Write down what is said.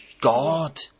God